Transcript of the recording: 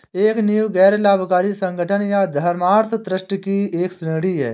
एक नींव गैर लाभकारी संगठन या धर्मार्थ ट्रस्ट की एक श्रेणी हैं